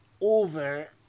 over